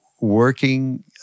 working